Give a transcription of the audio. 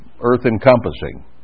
earth-encompassing